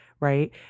Right